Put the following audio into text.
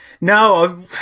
No